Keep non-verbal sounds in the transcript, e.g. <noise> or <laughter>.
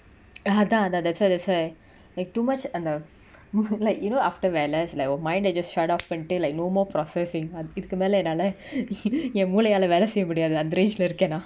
<noise> அதா அதா:atha atha that's why that's why eh too much அந்த:antha more like you know after வேல:vela is like oh mind ah just shutoff பன்னிட்டு:pannitu like no more processing ath~ இதுக்கு மேல என்னால:ithuku mela ennala <laughs> eh மூலயாள வேல செய்ய முடியாது அந்த:moolayala vela seiya mudiyathu antha range lah இருக்க நா:iruka na